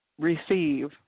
receive